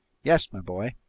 yes, my boy,